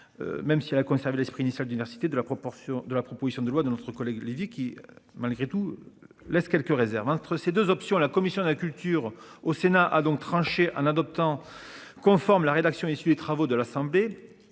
Même si elle a conservé l'esprit initial diversité de la proportion de la proposition de loi de notre collègue Olivier qui malgré tout laisse quelques réserves entre ces 2 options. La commission de la culture au Sénat a donc tranché en adoptant conforme la rédaction issue des travaux de l'Assemblée.